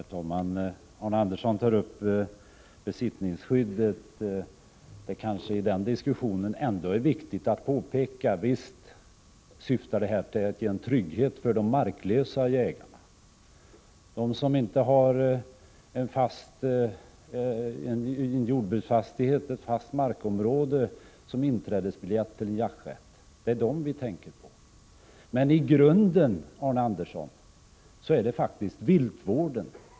Herr talman! Arne Andersson i Ljung tar upp besittningsskyddet. Det kanske ändå är viktigt i den diskussionen att påpeka att besittningsskyddet syftar till att skapa en trygghet för de marklösa jägare som inte har en jordbruksfastighet som inträdesbiljett till jakträtt. Det är dem som vi tänker på. Menii grunden, Arne Andersson, gäller det faktiskt viltvården.